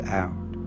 out